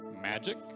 magic